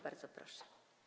Bardzo proszę.